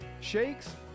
shakes